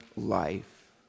life